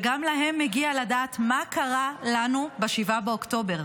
וגם להם מגיע לדעת מה קרה לנו ב-7 באוקטובר.